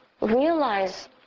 realize